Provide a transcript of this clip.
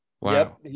wow